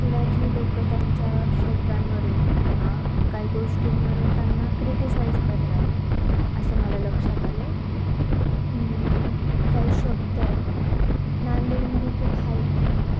पुण्यातली लोकं त्यांच्या शब्दांवरून किंवा काही गोष्टींवरून त्यांना क्रिटीसाईज करतात असं मला लक्षात आलं आहे काही शब्द आहेत नांदेडमध्ये खूप हाय की